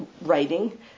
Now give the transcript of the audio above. writing